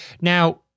Now